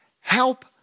help